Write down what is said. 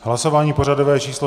Hlasování pořadové číslo 162.